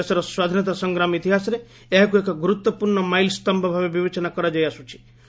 ଦେଶର ସ୍ୱାଧୀନତା ସଂଗ୍ରାମ ଇତିହାସରେ ଏହାକୁ ଏକ ଗୁରୁତ୍ୱପୂର୍ଣ୍ଣ ମାଇଲ୍ ବିବେଚନା କରାଯାଇ ଆସ୍କ୍ଥି